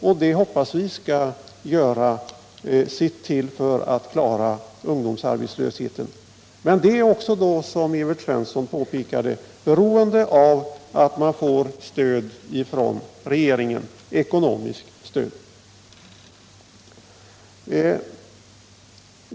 Och det hoppas vi skall göra sitt till för att klara ungdomsarbetslösheten. Men det är också, som Evert Svensson sade, beroende av att man får ekonomiskt stöd ifrån regeringen.